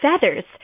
feathers